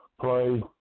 play